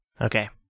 Okay